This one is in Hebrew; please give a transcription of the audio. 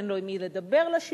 אין לו עם לדבר בשלטון,